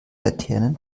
laternen